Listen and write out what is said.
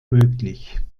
möglich